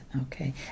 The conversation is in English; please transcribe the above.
Okay